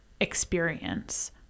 experience